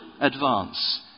advance